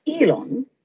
Elon